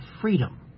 freedom